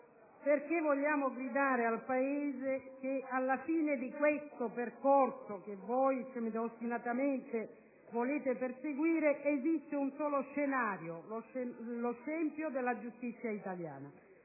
perché vogliamo gridare al Paese che, alla fine di questo percorso che voi ostinatamente volete perseguire, esiste un solo scenario: lo scempio della giustizia italiana.